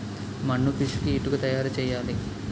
మన్ను పిసికి ఇటుక తయారు చేయాలి